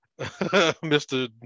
Mr